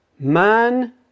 Man